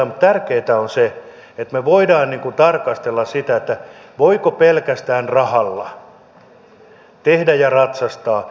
mutta tärkeää on se että me voimme tarkastella sitä voiko pelkästään rahalla tehdä ja ratsastaa